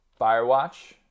Firewatch